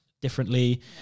differently